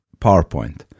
PowerPoint